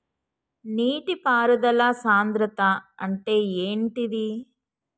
నీటి పారుదల సంద్రతా అంటే ఏంటిది?